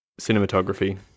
cinematography